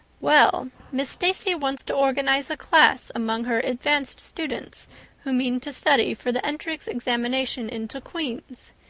well, miss stacy wants to organize a class among her advanced students who mean to study for the entrance examination into queen's.